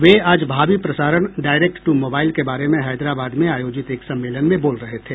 वह आज भावी प्रसारण डायरेक्ट टू मोबाइल के बारे में हैदराबाद में आयोजित एक सम्मेलन में बोल रहे थे